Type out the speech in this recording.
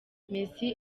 messi